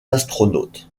astronautes